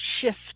shift